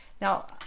Now